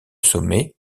sommet